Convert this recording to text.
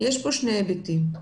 יש שני היבטים: